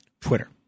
Twitter